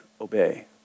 obey